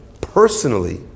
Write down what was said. personally